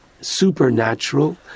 supernatural